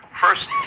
First